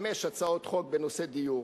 חמש הצעות חוק בנושא דיור